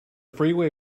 freeway